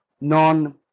non-